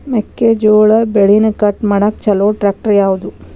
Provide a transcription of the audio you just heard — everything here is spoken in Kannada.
ಮೆಕ್ಕೆ ಜೋಳ ಬೆಳಿನ ಕಟ್ ಮಾಡಾಕ್ ಛಲೋ ಟ್ರ್ಯಾಕ್ಟರ್ ಯಾವ್ದು?